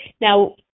now